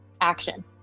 action